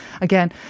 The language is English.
again